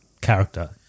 character